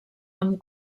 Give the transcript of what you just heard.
amb